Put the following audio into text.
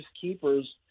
keepers